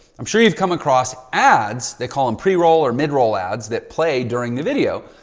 i'm sure you've come across ads, they call them pre-roll or midroll ads that play during the video.